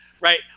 Right